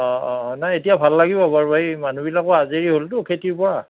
অঁ অঁ অঁ নাই এতিয়া ভাল লাগিব বাৰু এই মানুহবিলাকো আজৰি হ'লতো খেতিৰ পৰা